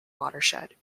watershed